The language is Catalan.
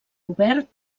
obert